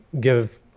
give